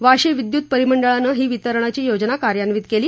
वाशी विद्युत परिमंडळानं ही वितरणाची योजना कार्यान्वित केली